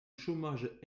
chômage